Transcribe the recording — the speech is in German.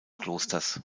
klosters